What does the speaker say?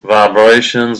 vibrations